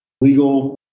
legal